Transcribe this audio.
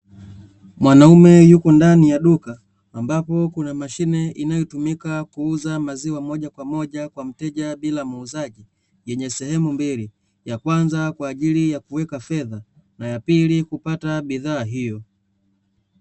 Mwanaume yupo ndani ya duka, ambapo kuna mashine inayotumika kuuza maziwa moja kwa moja kwa mteja bila ya muuzaji, yenye sehemu mbili; ya kwanza kwa ajili ya kuweka fedha na ya pili kupata bidhaa hiyo.